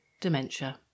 dementia